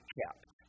kept